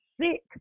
sick